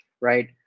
right